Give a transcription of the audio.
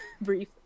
brief